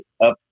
up